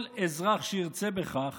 כל אזרח שירצה בכך